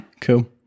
Cool